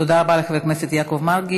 תודה רבה לחבר הכנסת יעקב מרגי,